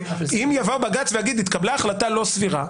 אם יבוא בג"ץ ויגיד שהתקבלה החלטה לא סבירה,